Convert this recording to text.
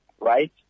right